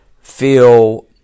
feel